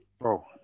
Bro